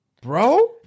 Bro